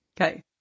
Okay